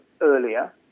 earlier